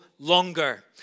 longer